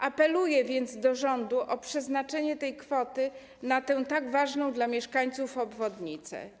Apeluję więc do rządu o przeznaczenie tej kwoty na tak ważną dla mieszkańców obwodnicę.